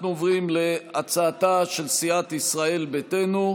אנחנו עוברים להצעתה של סיעת ישראל ביתנו,